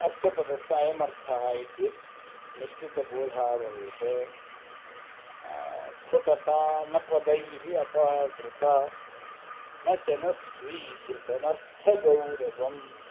अस्य पदस्य अयमर्थः इति निश्चितबोधः भवेत् स्फुटता न पदैः अपाकृता न च न स्वीकृतमर्थगौरवम्